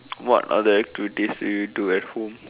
what other activities do you do at home